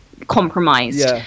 compromised